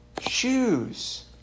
shoes